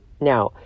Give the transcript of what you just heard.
Now